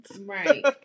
right